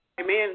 Amen